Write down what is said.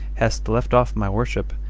hast left off my worship,